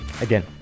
again